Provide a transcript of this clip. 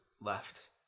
left